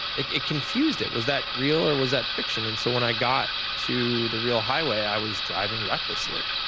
it it confused it. was that real or was that fiction? and so when i got to the real highway, i was driving recklessly.